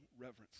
reverence